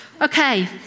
Okay